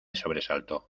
sobresaltó